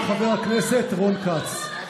נא תן לחבר הכנסת דוידסון לסיים.